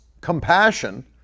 compassion